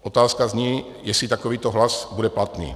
Otázka zní, jestli takovýto hlas bude platný.